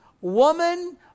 Woman